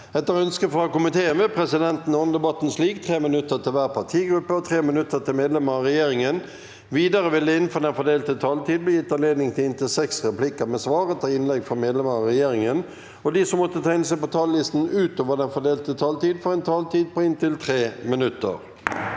forskningskomiteen vil presidenten ordne debatten slik: 3 minutter til hver partigruppe og 3 minutter til medlemmer av regjeringen. Videre vil det – innenfor den fordelte taletid – bli gitt anledning til inntil seks replikker med svar etter innlegg fra medlemmer av regjeringen, og de som måtte tegne seg på talerlisten utover den fordelte taletid, får også en taletid på inntil 3 minutter.